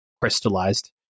crystallized